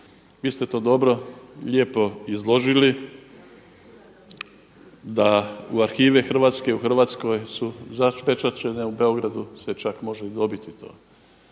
Vi ste to dobro, lijepo izložili da u arhive hrvatske u Hrvatskoj su zapečaćene u Beogradu se čak može i dobiti to.